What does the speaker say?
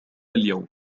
اليوم